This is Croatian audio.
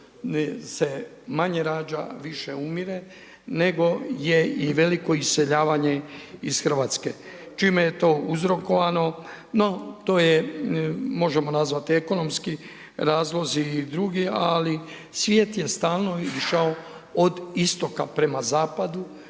se manje rađa, a više umire, nego je i veliko iseljavanje iz Hrvatske. Čime je to uzrokovano? No to je možemo nazvati ekonomski razlozi i drugi, ali svijet je stalno išao od istoka prema zapadu